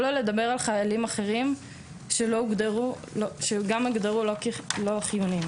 שלא לדבר על חיילים אחרים שגם הוגדרו לא חיוניים.